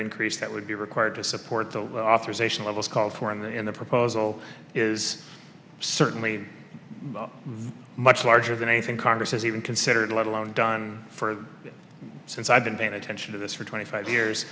increase that would be required to support the authorization levels called for in the proposal is certainly much larger than anything congress has even considered let alone done for since i've been paying attention to this for twenty five years